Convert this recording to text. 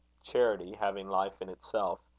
charity having life in itself,